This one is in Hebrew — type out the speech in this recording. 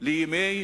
לימי